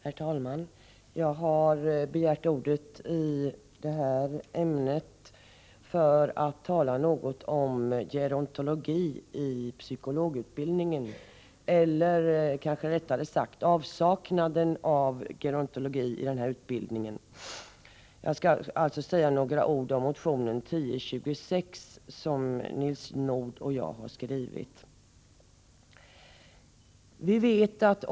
Herr talman! Jag har begärt ordet i detta ärende för att tala något om gerontologi i psykologutbildningen, eller kanske rättare sagt avsaknaden av gerontologi i denna utbildning. Jag skall alltså tala om motion 1026, som Nils Nordh och jag har väckt.